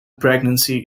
pregnancy